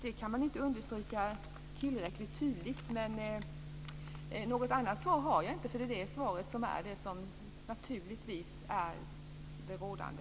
Det kan inte understrykas tillräckligt tydligt. Något annat svar har jag inte, eftersom det är det svar som naturligtvis är det rådande.